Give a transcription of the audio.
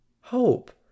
hope